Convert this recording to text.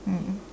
mm